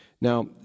Now